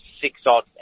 six-odd